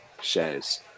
shares